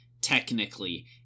technically